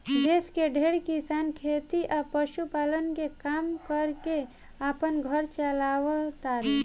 देश के ढेरे किसान खेती आ पशुपालन के काम कर के आपन घर चालाव तारे